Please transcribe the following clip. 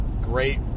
great